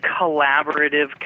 collaborative